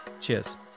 Cheers